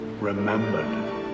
remembered